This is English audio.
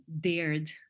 dared